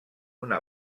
una